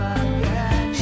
again